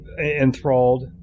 enthralled